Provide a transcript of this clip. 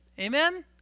amen